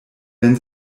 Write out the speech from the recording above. wenn